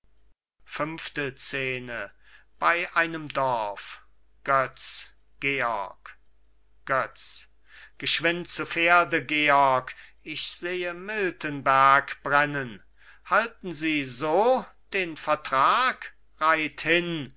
götz georg götz geschwind zu pferde georg ich sehe miltenberg brennen halten sie so den vertrag reit